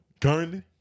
Currently